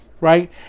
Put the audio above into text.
Right